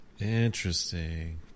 interesting